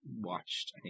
watched